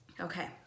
Okay